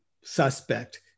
suspect